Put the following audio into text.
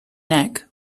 neck